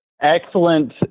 excellent